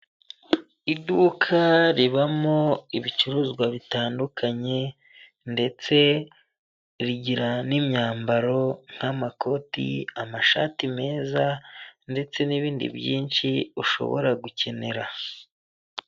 Iduka ribamo ibicuruzwa bitandukanye ndetse rigira n'imyambaro nk'amakoti, amashati meza ndetse n'ibindi byinshi ushobora gukenera.